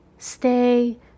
Stay